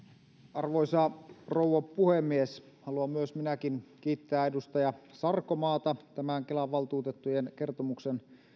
arvoisa rouva puhemies haluan minäkin kiittää edustaja sarkomaata tämän kelan valtuutettujen kertomuksen